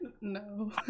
No